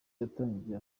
yatangiye